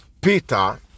peter